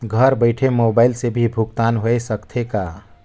घर बइठे मोबाईल से भी भुगतान होय सकथे का?